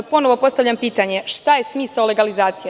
Ponovo postavljam pitanje – šta je smisao legalizacije?